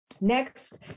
Next